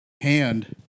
hand